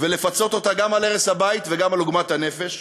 ולפצות אותה גם על הרס הבית וגם על עוגמת הנפש,